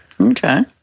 Okay